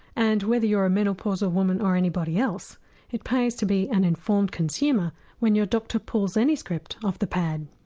and whether you're a menopausal woman or anybody else it pays to be an informed consumer when your doctor pulls any script off the pad.